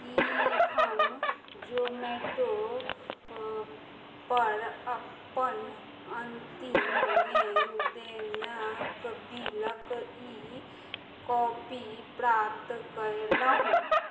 की हम जोमेटो पर अपन अंतिम लेनदेनक बिलक ई कॉपी प्राप्त कयलहु